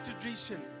tradition